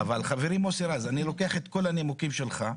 חברי מוסי רז, אני לוקח את כל הנימוקים שלך,